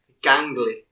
gangly